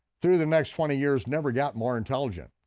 through the next twenty years never got more intelligent.